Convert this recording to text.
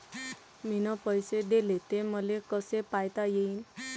मिन पैसे देले, ते मले कसे पायता येईन?